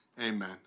amen